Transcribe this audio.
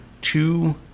two